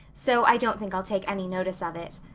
so i don't think i'll take any notice of it.